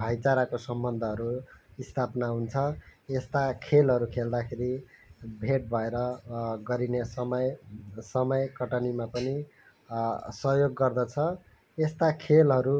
भाइचाराको सम्बन्धहरू स्थापना हुन्छ यस्ता खेलहरू खेल्दाखेरि भेट भएर गरिने समय समय कटनीमा पनि सहयोग गर्दछ यस्ता खेलहरू